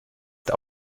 der